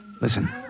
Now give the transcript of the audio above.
Listen